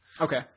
Okay